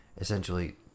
essentially